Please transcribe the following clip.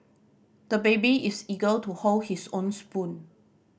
the baby is eager to hold his own spoon